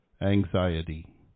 anxiety